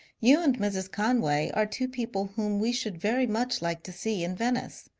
you and mrs. conway are two people whom we should very much like to see in venice.